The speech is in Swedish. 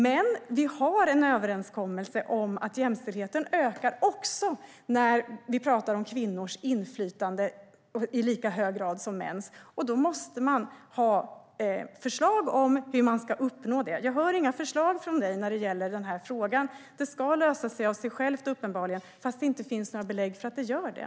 Men vi har en överenskommelse om att jämställdheten ökar också när vi pratar om kvinnors inflytande i lika hög grad som mäns. Då måste det finnas förslag om hur det ska uppnås. Jag hör inga förslag från Isabella Hökmark i frågan. Jämställdheten ska uppenbarligen lösas av sig själv, fast det inte finns belägg för att den gör det.